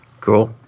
Cool